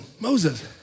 Moses